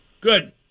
Good